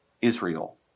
Israel